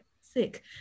sick